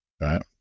right